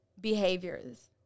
behaviors